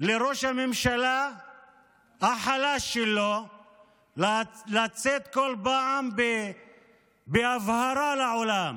לראש הממשלה החלש שלו לצאת בכל פעם בהבהרה לעולם